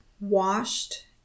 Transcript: washed